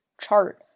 chart